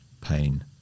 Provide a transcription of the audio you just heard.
pain